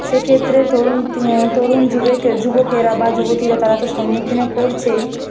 সেক্ষেত্রে তরুণ তরুণ যুবেকের যুবকেরা বা যুবতীরা তারা তো সম্মুখীনে পড়ছেই